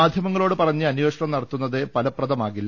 മാധ്യമങ്ങളോട് പറഞ്ഞ് അന്വേഷണം നടത്തുന്നത് ഫലപ്രദമാകില്ല